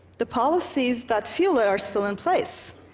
the policies that fueled it are still in place.